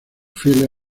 fieles